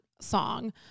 song